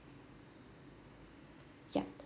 yup